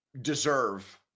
deserve